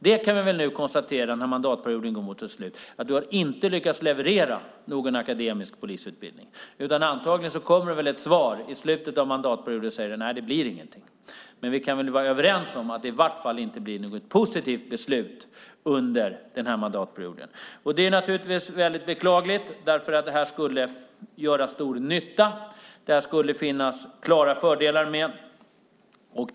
Det kan vi väl konstatera när mandatperioden nu går mot sitt slut: Du har inte lyckats leverera någon akademisk polisutbildning. Antagligen kommer det ett svar i slutet av mandatperioden som säger: Nej, det blir ingenting. Men vi kan väl vara överens om att det i vart fall inte blir något positivt beslut under den här mandatperioden. Detta är naturligtvis väldigt beklagligt. Det här skulle göra stor nytta. Det skulle finnas klara fördelar med det.